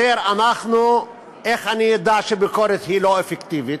איך אני אדע שהביקורת לא אפקטיבית?